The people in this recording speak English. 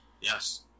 Yes